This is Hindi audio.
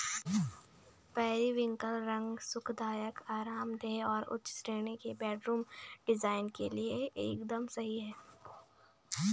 पेरिविंकल रंग सुखदायक, आरामदेह और उच्च श्रेणी के बेडरूम डिजाइन के लिए एकदम सही है